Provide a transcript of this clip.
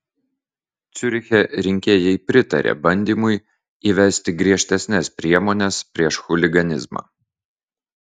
ciuriche rinkėjai pritarė bandymui įvesti griežtesnes priemones prieš chuliganizmą